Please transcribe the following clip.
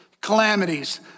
calamities